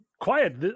quiet